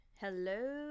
Hello